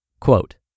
Quote